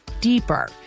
deeper